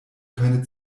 keine